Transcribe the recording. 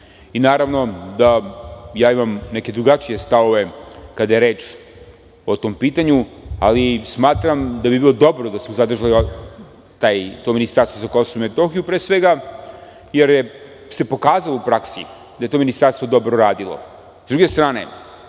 ne? Naravno da ja imam neke drugačije stavove kad je reč o tom pitanju, ali smatram da bi bilo dobro da smo zadržali to Ministarstvo za Kosovo i Metohiju, pre svega jer se pokazalo u praksi da je to ministarstvo dobro radilo.S